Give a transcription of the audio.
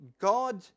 God